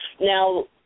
Now